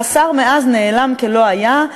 והשר מאז נעלם כלא-היה,